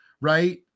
right